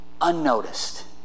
unnoticed